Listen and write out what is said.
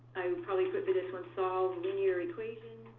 i would probably put for this one, solve linear equations.